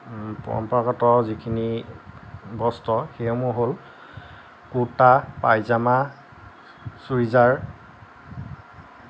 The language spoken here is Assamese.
পৰম্পৰাগত যিখিনি বস্ত্ৰ সেইসমূহ হ'ল কুৰ্টা পাইজামা চুইজাৰ